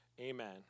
Amen